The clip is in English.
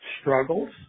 struggles